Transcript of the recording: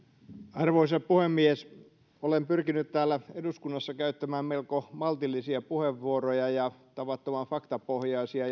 arvoisa puhemies olen pyrkinyt täällä eduskunnassa käyttämään melko maltillisia ja tavattoman faktapohjaisia